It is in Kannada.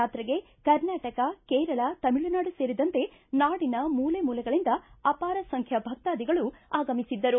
ಚಾತ್ರೆಗೆ ಕರ್ನಾಟಕ ಕೇರಳ ತಮಿಳುನಾಡು ಸೇರಿದಂತೆ ನಾಡಿನ ಮೂಲೆಮೂಲೆಗಳಿಂದ ಅಪಾರ ಸಂಖ್ಯೆಯ ಭಕ್ತಾದಿಗಳು ದರ್ಶನ ಪಡೆದರು